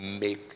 make